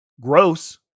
gross